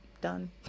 done